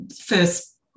first